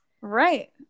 Right